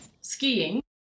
skiing